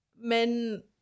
men